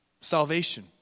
Salvation